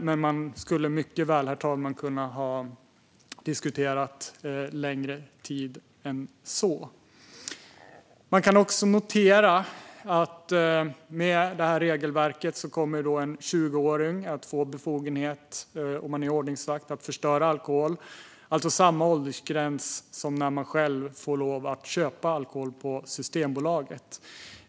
Men man skulle mycket väl ha kunnat diskutera längre tid än så. Man kan också notera att med detta regelverk kommer en 20-åring som är ordningsvakt att få befogenhet att förstöra alkohol. Det är samma åldersgräns som för att få köpa alkohol på Systembolaget.